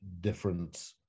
different